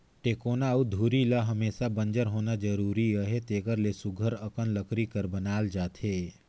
टेकोना अउ धूरी ल हमेसा बंजर होना जरूरी अहे तेकर ले सुग्घर अकन लकरी कर बनाल जाथे